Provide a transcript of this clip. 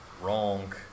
wrong